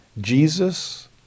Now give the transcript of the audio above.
Jesus